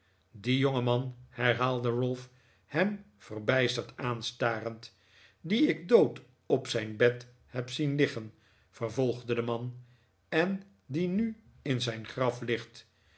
die jongeman herhaalde ralph hem verbijsterd aanstarend dien ik dood op zijn bed lieb zien liggen vervolgde de man en die nu in zijn graf ligt